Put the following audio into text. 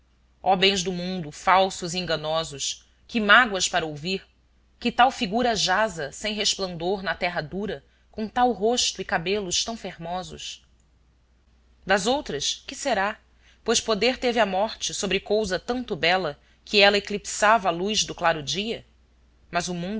ó bens do mundo falsos e enganosos que mágoas para ouvir que tal figura jaza sem resplandor na terra dura com tal rosto e cabelos tão fermosos das outras que será pois poder teve a morte sobre cousa tanto bela que ela eclipsava a luz do claro dia mas o mundo